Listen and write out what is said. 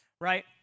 Right